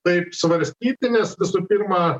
taip svarstyti nes visų pirma